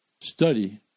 Study